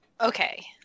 Okay